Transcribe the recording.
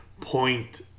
point